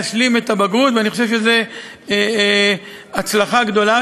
להשלים את הבגרות, ואני חושב שזו הצלחה גדולה.